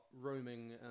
roaming